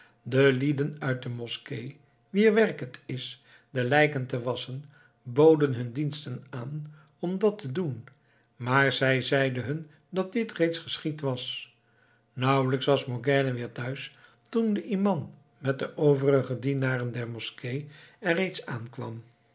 de lieden uit de moskee wier werk het is de lijken te wasschen boden hun diensten aan om dat te doen maar zij zeide hun dat dit reeds geschied was nauwelijks was morgiane weer thuis toen de imam met de overige dienaren der moskee er reeds aankwam